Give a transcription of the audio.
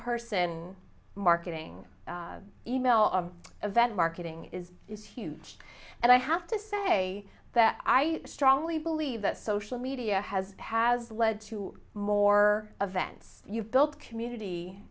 person marketing e mail or event marketing is is huge and i have to say that i strongly believe that social media has has led to more events you've built community